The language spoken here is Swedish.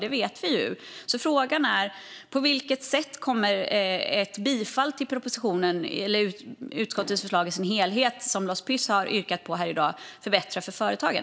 Det vet vi ju, så frågan är på vilket sätt ett bifall till propositionen - eller utskottets förslag i dess helhet, som Lars Püss har yrkat på här i dag - kommer att förbättra för företagen.